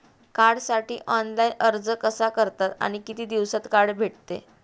कार्डसाठी ऑनलाइन अर्ज कसा करतात आणि किती दिवसांत कार्ड भेटते?